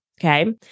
Okay